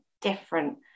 different